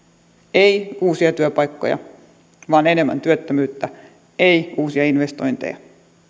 ei uusia työpaikkoja vaan enemmän työttömyyttä ei uusia investointeja